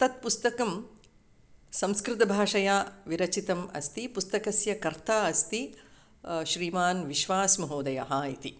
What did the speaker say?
तत् पुस्तकं संस्कृतभाषया विरचितम् अस्ति पुस्तकस्य कर्ता अस्ति श्रीमान् विश्वासमहोदयः इति